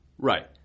Right